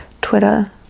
Twitter